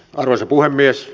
arvoisa puhemies